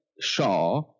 shaw